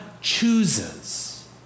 chooses